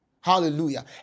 Hallelujah